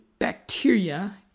Bacteria